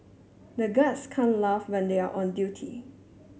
the guards can't laugh when they are on duty